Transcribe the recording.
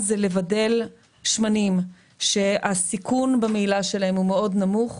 לבדל שמנים שהסיכון במהילה שלהם הוא מאוד נמוך,